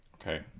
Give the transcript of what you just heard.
Okay